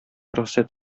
рөхсәт